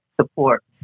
support